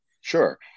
Sure